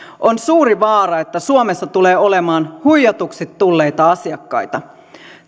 on suuri vaara että suomessa tulee olemaan huijatuksi tulleita asiakkaita